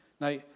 Now